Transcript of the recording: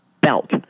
belt